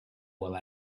while